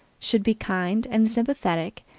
should be kind and sympathetic,